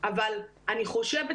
אבל אני חושבת,